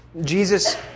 Jesus